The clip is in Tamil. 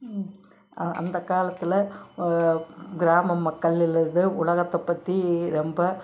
அந்த காலத்தில் கிராம மக்களிலிருந்து உலகத்தை பற்றி ரொம்ப